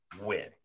win